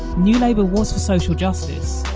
new labour was for social justice,